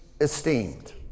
esteemed